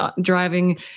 driving